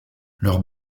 leurs